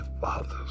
Father's